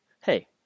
hey